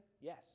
Yes